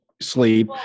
sleep